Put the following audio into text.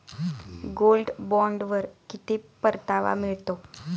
Gold बॉण्डवर किती परतावा मिळतो?